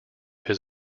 his